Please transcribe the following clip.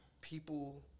people